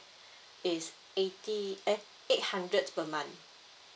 is eighty eh eight hundred per month